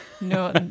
no